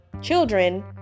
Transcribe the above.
children